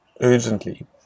urgently